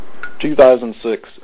2006